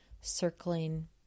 circling